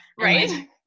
Right